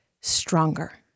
stronger